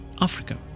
Africa